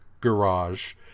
garage